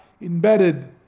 embedded